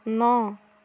ন